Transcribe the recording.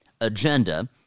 agenda